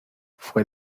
fue